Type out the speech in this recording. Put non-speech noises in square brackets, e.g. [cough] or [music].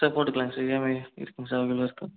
sir போட்டுக்கலாங்க sir EMI இருக்குங்க sir [unintelligible] இருக்கு